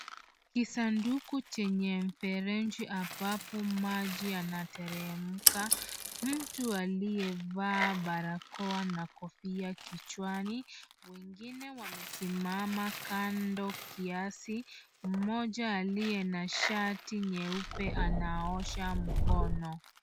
Kisanduku chenye mfereji ambapo maji yanateremka. Mtu aliyevaa barakoa na kofia kichwani, wengine wamesimama kando kiasi, mmoja aliye na shati nyeupe anaosha mkono.